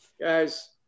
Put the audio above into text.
guys